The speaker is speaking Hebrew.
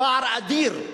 פער אדיר,